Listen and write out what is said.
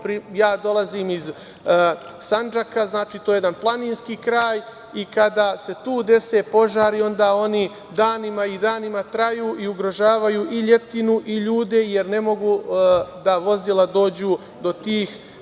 ja dolazim iz Sandžaka, to je jedan planinski kraj, i kada se tu dese požari onda oni danima i danima traju i ugrožavaju i ljetinu i ljude jer ne mogu da vozila dođu do tih